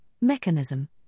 mechanism